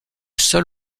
seul